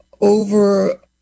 over